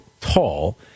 tall